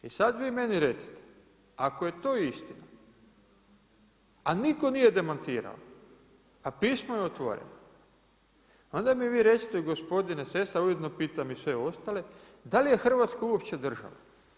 I sad vi meni recite, ako je to istina, a nitko nije demantirao, a pismo je otvoreno onda mi vi recite gospodine Sessa ujedno pitam i sve ostale da li je Hrvatska uopće država?